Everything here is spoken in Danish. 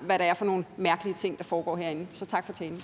hvad det er for nogle mærkelige ting, der foregår herinde. Så tak for talen.